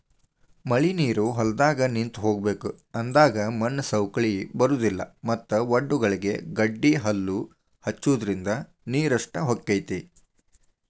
ಮಳಿನೇರು ಹೊಲದಾಗ ನಿಂತ ಹೋಗಬೇಕ ಅಂದಾಗ ಮಣ್ಣು ಸೌಕ್ಳಿ ಬರುದಿಲ್ಲಾ ಮತ್ತ ವಡ್ಡಗಳಿಗೆ ಗಡ್ಡಿಹಲ್ಲು ಹಚ್ಚುದ್ರಿಂದ ನೇರಷ್ಟ ಹೊಕೈತಿ